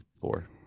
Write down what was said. four